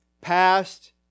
past